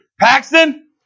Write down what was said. Paxton